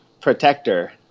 protector